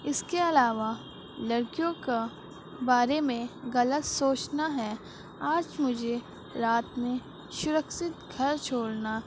اس کے علاوہ لڑکیوں کا بارے میں غلط سوچنا ہے آج مجھے رات میں شرکست گھر چھوڑنا